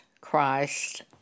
Christ